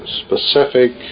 specific